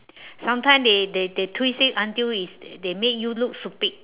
sometime they they they twist it until is they they make you look stupid